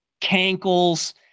cankles